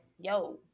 yo